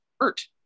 hurt